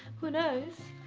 who knows